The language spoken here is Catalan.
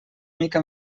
mica